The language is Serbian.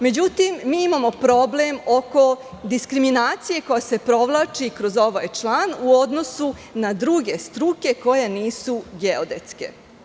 Međutim, imamo problem oko diskriminacije koja se provlači kroz ovaj član u odnosu na druge struke koje nisu geodetske.